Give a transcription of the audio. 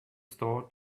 store